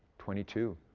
twenty two,